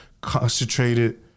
concentrated